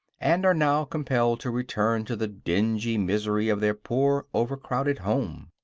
and are now compelled to return to the dingy misery of their poor overcrowded home.